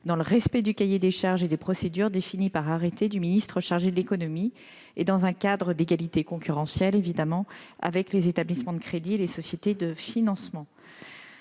dans le respect du cahier des charges et des procédures définies par arrêté du ministre chargé de l'économie et dans un cadre d'égalité concurrentielle avec les établissements de crédit et les sociétés de financement.